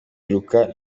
biruka